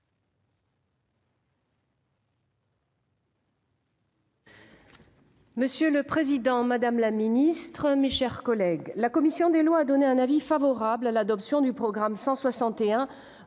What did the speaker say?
Monsieur le président, madame la ministre, mes chers collègues, la commission des lois a donné un avis favorable sur l'adoption des crédits du programme 161